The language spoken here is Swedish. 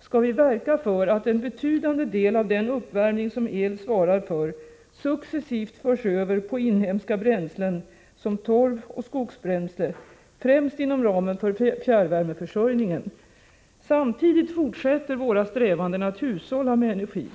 skall vi verka för att en betydande del av den uppvärmning som el svarar för successivt förs över på inhemska bränslen som torv och skogsbränsle, främst inom ramen för fjärrvärmeförsörjningen. Samtidigt fortsätter våra strävanden att hushålla med energi.